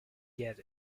get